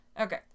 Okay